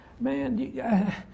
man